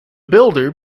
builder